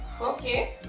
Okay